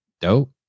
dope